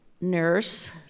nurse